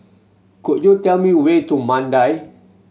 could you tell me way to Mandai